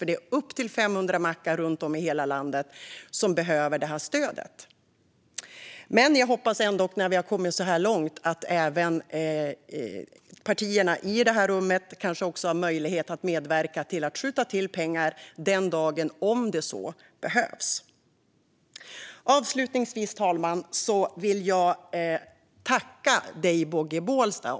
Det är upp till 500 mackar runt om i hela landet som behöver detta stöd. När vi har kommit så här långt hoppas jag ändå att partierna i detta rum kanske har möjlighet att medverka till att skjuta till pengar om det behövs. Fru talman! Avslutningsvis vill jag vända mig till dig, Bogge Bolstad.